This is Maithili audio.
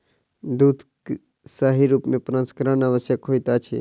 दूध के सही रूप में प्रसंस्करण आवश्यक होइत अछि